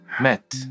met